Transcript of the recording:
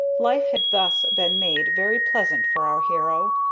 life had thus been made very pleasant for our hero,